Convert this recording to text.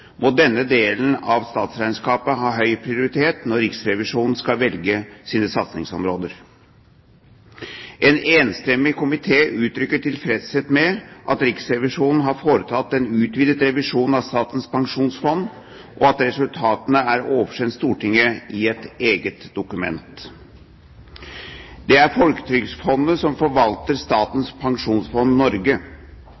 må denne delen av statsregnskapet ha høy prioritet når Riksrevisjonen skal velge sine satsingsområder. En enstemmig komité uttrykker tilfredshet med at Riksrevisjonen har foretatt en utvidet revisjon av Statens pensjonsfond, og at resultatene er oversendt Stortinget i et eget dokument. Det er Folketrygdfondet som forvalter